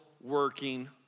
working